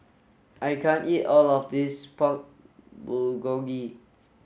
I can't eat all of this Pork Bulgogi